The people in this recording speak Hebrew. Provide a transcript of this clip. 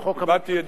הוא יביע את דעתו.